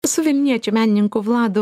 su vilniečiu menininku vladu